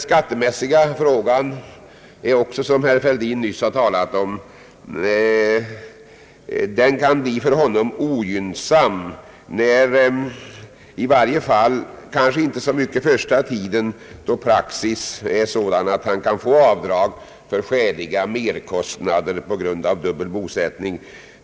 Skattemässigt kan dessutom, som herr Fälldin nyss har påpekat, en sådan bosättning bli ogynnsam, kanske inte så mycket under den första tiden då praxis medger att vederbörande kan få avdrag för skäliga merkostnader på grund av dubbel bosättning.